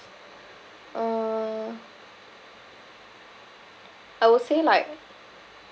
uh I would say like